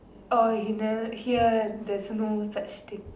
oh either here there's no such thing